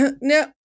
No